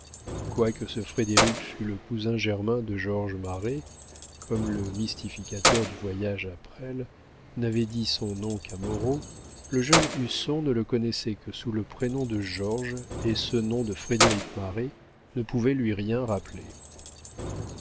ce frédéric fût le cousin germain de georges marest comme le mystificateur du voyage à presles n'avait dit son nom qu'à moreau le jeune husson ne le connaissait que sous le prénom de georges et ce nom de frédéric marest ne pouvait lui rien rappeler